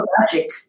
Magic